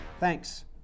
Thanks